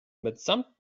mitsamt